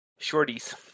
shorties